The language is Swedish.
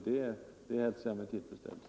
Det hälsar jag med tillfredsställelse.